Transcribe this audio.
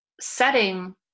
setting